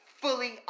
fully